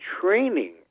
training